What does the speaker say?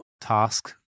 task